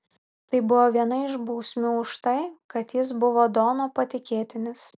tai buvo viena iš bausmių už tai kad jis buvo dono patikėtinis